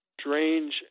strange